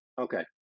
Okay